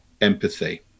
empathy